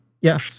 Yes